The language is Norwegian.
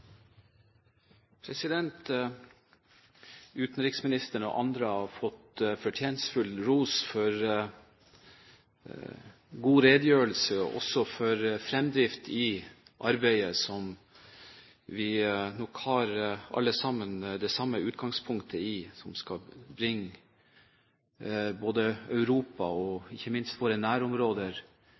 Utenriksministeren og andre har fått fortjenstfull ros for god redegjørelse, og også for fremdriften i arbeidet, som vi nok alle sammen har som utgangspunkt skal bringe både Europa og, ikke minst, våre nærområder